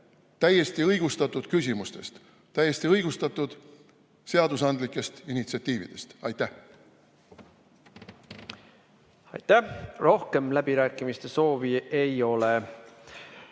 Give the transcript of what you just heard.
täiesti õigustatud küsimustest, täiesti õigustatud seadusandlikest initsiatiividest. Aitäh! Aitäh! Rohkem läbirääkimiste soovi ei ole.